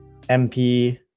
MP